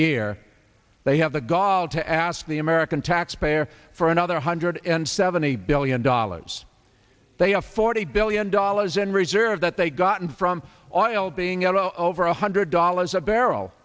year they have the gall to ask the american tax they're for another hundred and seventy billion dollars they are forty billion dollars in reserve that they gotten from oil being out of over one hundred dollars a barrel